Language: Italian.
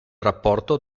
rapporto